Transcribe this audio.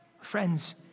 Friends